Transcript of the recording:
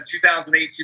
2008